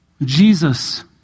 Jesus